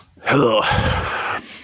Hello